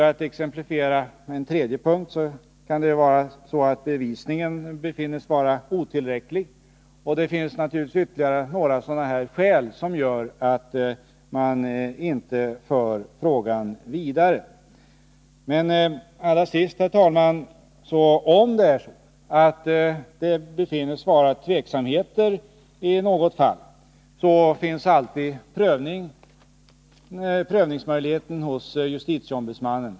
Ett tredje exempel kan vara att bevisningen befinnes vara otillräcklig, och det kan naturligtvis finnas ytterligare skäl som gör att frågan inte förs vidare. Men, herr talman, om det befinnes råda tveksamhet i något fall finns alltid prövningsmöjligheten hos justitieombudsmannen.